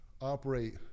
operate